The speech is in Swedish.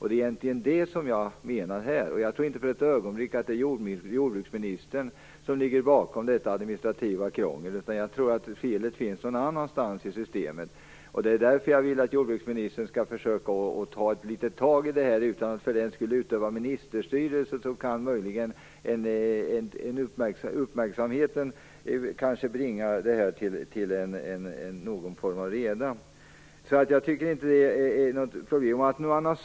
Det är egentligen det som jag avser här. Jag tror alltså inte för ett ögonblick att jordbruksministern ligger bakom det administrativa krånglet. I stället tror jag att felet finns någon annanstans i systemet. Det är därför som jag vill att jordbruksministern skall försöka ta tag i detta, utan att för den skull utöva ministerstyre. Möjligen kan uppmärksamheten bringa någon form av reda här. Jag ser således inget problem i det avseendet.